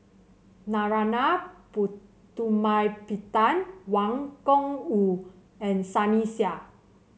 Narana Putumaippittan Wang Gungwu and Sunny Sia